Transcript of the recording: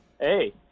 Hey